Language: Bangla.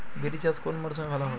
বিরি চাষ কোন মরশুমে ভালো হবে?